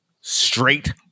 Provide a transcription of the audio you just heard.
straight